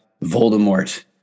Voldemort